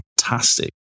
fantastic